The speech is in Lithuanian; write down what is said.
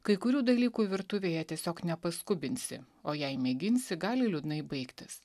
kai kurių dalykų virtuvėje tiesiog nepaskubinsi o jei mėginsi gali liūdnai baigtis